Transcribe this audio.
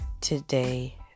today